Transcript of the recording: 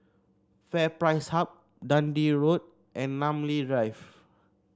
FairPrice Hub Dundee Road and Namly Drive